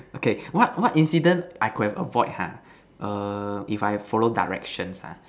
okay what what incident I could have avoid ha err if I follow directions ah